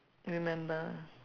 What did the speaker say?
remember